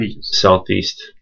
Southeast